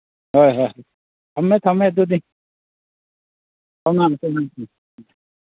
ꯍꯣꯏ ꯍꯣꯏ ꯊꯝꯃꯦ ꯊꯝꯃꯦ ꯑꯗꯨꯗꯤ